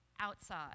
outside